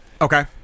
Okay